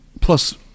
Plus